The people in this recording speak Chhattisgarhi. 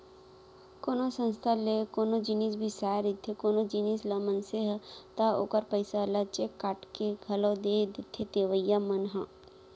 कोनो संस्था ले कोनो जिनिस बिसाए रहिथे कोनो जिनिस ल मनसे ह ता ओखर पइसा ल चेक काटके के घलौ दे देथे देवइया मन ह